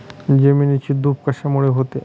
जमिनीची धूप कशामुळे होते?